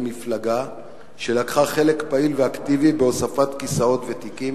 מפלגה שלקחה חלק פעיל ואקטיבי בהוספת כיסאות ותיקים?